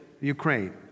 Ukraine